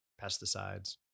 Pesticides